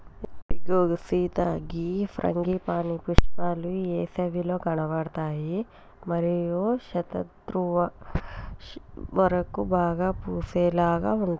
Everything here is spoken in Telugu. ఇగో సీత గీ ఫ్రాంగిపానీ పుష్పాలు ఏసవిలో కనబడుతాయి మరియు శరదృతువు వరకు బాగా పూసేలాగా ఉంటాయి